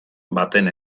baten